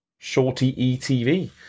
shortyetv